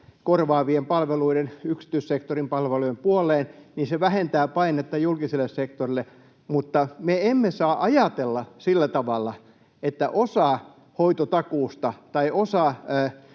korvaavien, yksityissektorin palvelujen puoleen, niin se vähentää painetta julkisella sektorilla, mutta me emme saa ajatella sillä tavalla, että osa hoitotakuusta tai osa